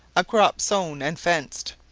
a crop sown and fenced,